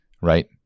Right